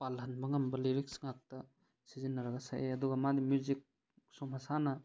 ꯄꯥꯜꯍꯟꯕ ꯉꯝꯕ ꯂꯤꯔꯤꯛꯁ ꯉꯥꯛꯇ ꯁꯤꯖꯤꯟꯅꯔꯒ ꯁꯛꯑꯦ ꯑꯗꯨꯒ ꯃꯥꯅ ꯃꯤꯎꯖꯤꯛꯁꯨ ꯃꯁꯥꯅ